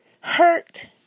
hurt